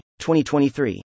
2023